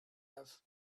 have